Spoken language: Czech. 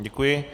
Děkuji.